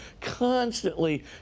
constantly